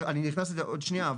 אני אכנס לזה עוד שנייה,